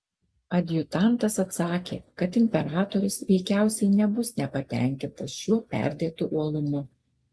adjutantas atsakė kad imperatorius veikiausiai nebus nepatenkintas šiuo perdėtu uolumu